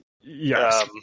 Yes